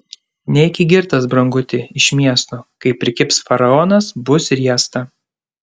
neiki girtas branguti iš miesto kai prikibs faraonas bus riesta